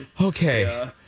Okay